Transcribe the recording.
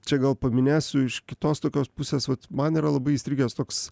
čia gal paminėsiu iš kitos tokios pusės vat man yra labai įstrigęs toks